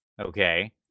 okay